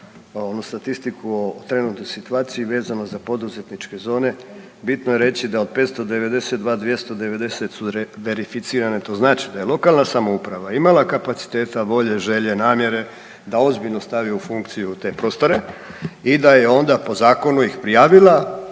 statistiku o trenutnoj situaciji vezano za poduzetničke zone bitno je reći da od 592, 290 verificirane to znači da je lokalna samouprava imala kapaciteta, volje, želje, namjere da ozbiljno stavi u funkciju te prostore i da je onda po zakonu ih prijavila,